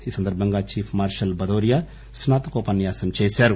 ఈ సందర్బంగా chief marshal Bhadauria స్నా తకోపన్యాసం చేశారు